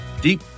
Deep